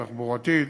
תחבורתית,